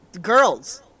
Girls